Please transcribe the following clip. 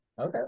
Okay